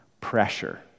pressure